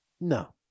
No